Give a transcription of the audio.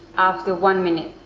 after one minute.